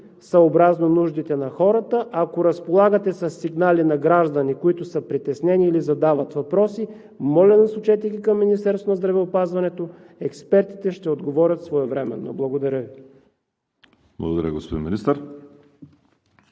съобразно нуждите на хората. Ако разполагате със сигнали на граждани, които са притеснени или задават въпроси, моля, насочете ги към Министерството на здравеопазването. Експертите ще отговорят своевременно. Благодаря Ви.